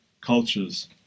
cultures